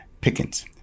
Pickens